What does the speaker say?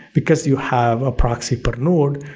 because you have a proxy per node,